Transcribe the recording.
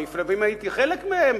אני הייתי חלק מהם,